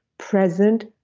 present,